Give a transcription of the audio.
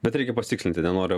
bet reikia pasitikslinti nenoriu